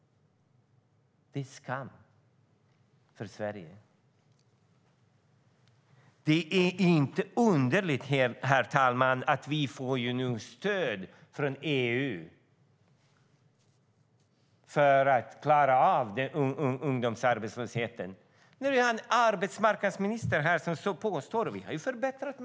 Det är en skam för Sverige. Herr talman! Det är inte underligt att vi nu får stöd från EU för att klara av ungdomsarbetslösheten. Vi har en arbetsmarknadsminister som påstår att matchningen har förbättrats.